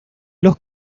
los